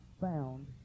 found